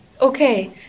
Okay